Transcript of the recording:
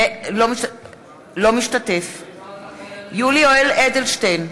אינו משתתף בהצבעה יולי יואל אדלשטיין,